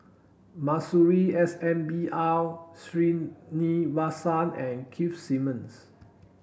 Masuri S N B R Sreenivasan and Keith Simmons